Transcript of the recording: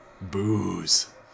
Booze